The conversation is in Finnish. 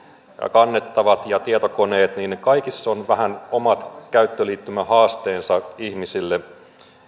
kannettavat ja tietokoneet ja kaikissa on vähän omat käyttöliittymähaasteensa ihmisille